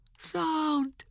Sound